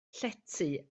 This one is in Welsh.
llety